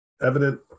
evident